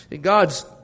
God's